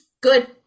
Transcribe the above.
good